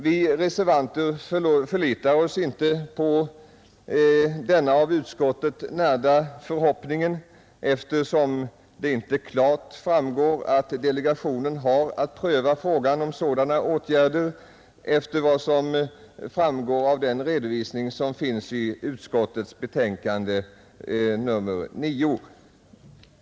Vi reservanter förlitar oss inte på denna av utskottet närda förhoppning, eftersom det inte klart framgår att delegationen har att pröva frågan om sådana åtgärder, detta enligt den redovisning som finns i utskottets betänkande nr 9.